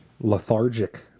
lethargic